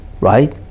right